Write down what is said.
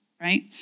right